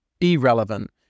irrelevant